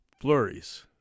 flurries